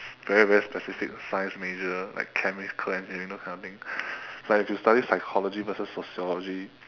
very very specific science major like chemical engineering those kind of thing like if you study physiology versus sociology